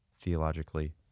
theologically